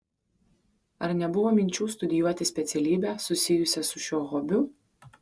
ar nebuvo minčių studijuoti specialybę susijusią su šiuo hobiu